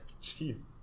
Jesus